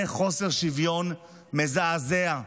זה חוסר שוויון מזעזע.